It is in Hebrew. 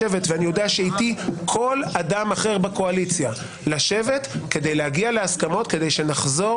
איתי בקואליציה מוכנים לשבת ולהגיע להסכמות כדי שנחזור